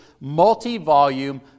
multi-volume